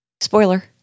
Spoiler